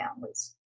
families